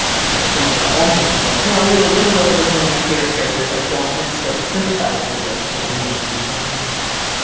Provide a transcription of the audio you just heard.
okay, that's enough of that! i'm joking guys, no really, winnowill is one of my favorite characters, i don't necessarily sympathize with her, because i know she's very, very bad.